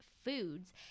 foods